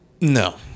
No